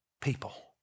people